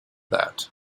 that